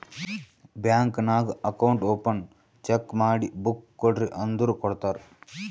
bank ನಾಗ್ account open cheque ಮಾಡಿ book ಕೊಡ್ರಿ ಅಂದುರ್ ಕೊಡ್ತಾರ್